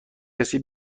کسی